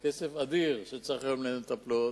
כסף אדיר שצריך לממן מטפלות.